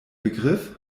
begriff